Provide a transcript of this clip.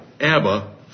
Abba